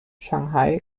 shanghai